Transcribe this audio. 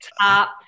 top